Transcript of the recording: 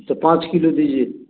तो पाँच किलो दीजिए